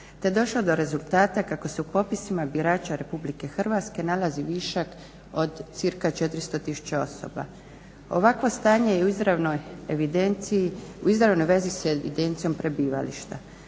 te došao do rezultata kako se u popisima birača RH nalazi višak od cca 400 tisuća osoba. Ovakvo stanje je u izravnoj vezi sa evidencijom prebivališta.